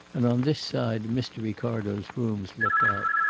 and on this side mr. ricardo's rooms looked out.